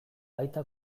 baita